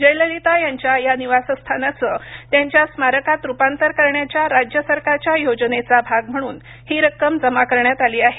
जयललिता यांच्या या निवासस्थानाचं त्यांच्या स्मारकात रुपांतर करण्याच्या राज्य सरकारच्या योजनेचा भाग म्हणून ही रक्कम जमा करण्यात आली आहे